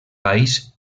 país